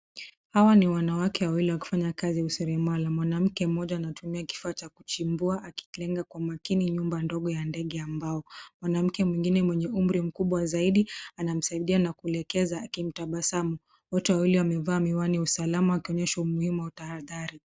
Hawa ni wanawake wawili wakifanya kazi useremala. Mwanamke mmoja anatumia kifaa cha kuchimbua akilenga kwa makini nyumba ndogo ya ndege ya mbao. Mwanamke mwingine mwenye umri mkubwa zaidi, anamsaidia na kuelekeza akimtabasamu. Wote wawili wamevaa miwani ya usalama wakionyesha umuhimu au tahadhari.